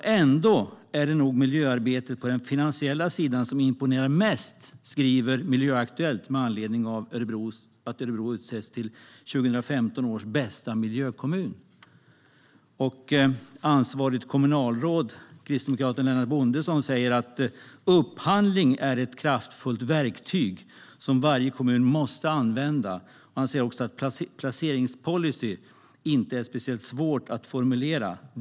Ändå är det nog miljöarbetet på den finansiella sidan som imponerar mest, skriver Miljöaktuellt med anledning av att Örebro har utsetts till 2015 års bästa miljökommun. Ansvarigt kommunalråd, kristdemokraten Lennart Bondeson, säger att upphandling är ett kraftfullt verktyg som varje kommun måste använda. Han säger också att en placeringspolicy inte är speciellt svår att formulera.